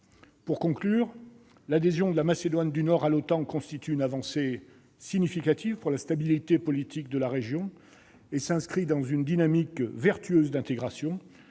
Pour conclure, l'adhésion de la Macédoine du Nord à l'OTAN constitue une avancée significative pour la stabilité politique de la région et s'inscrit dans une dynamique vertueuse d'intégration.